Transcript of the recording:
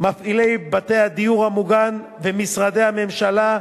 מפעילי בתי הדיור המוגן ומשרדי הממשלה,